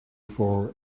for